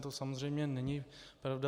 To samozřejmě není pravda.